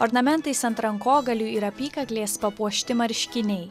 ornamentais ant rankogalių ir apykaklės papuošti marškiniai